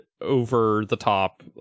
over-the-top